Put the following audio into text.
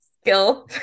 skill